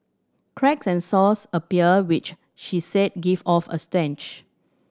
cracks and sores appear which she said give off a stench